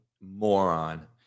moron